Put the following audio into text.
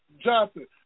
Johnson